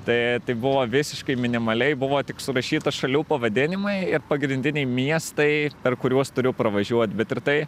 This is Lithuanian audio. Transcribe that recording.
tai tai buvo visiškai minimaliai buvo tik surašyta šalių pavadinimai ir pagrindiniai miestai per kuriuos turiu pravažiuot bet ir tai